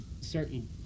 certain